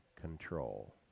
control